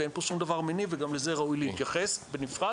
ואין פה שום דבר מניב וגם לזה ראוי להתייחס בנפרד.